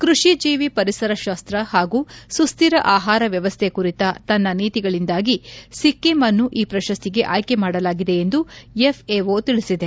ಕೃಷಿ ಜೀವಿ ಪರಿಸರ ಶಾಸ್ತ ಹಾಗೂ ಸುಶ್ರಿರ ಆಹಾರ ವ್ಯವಸ್ಥೆ ಕುರಿತ ತನ್ನ ನೀತಿಗಳಿಂದಾಗಿ ಸಿಕ್ಕಿಂ ಅನ್ನು ಈ ಪ್ರಶಸ್ತಿಗೆ ಆಯ್ಕೆ ಮಾಡಲಾಗಿದೆ ಎಂದು ಎಫ್ಎಒ ತಿಳಿಸಿದೆ